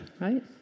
right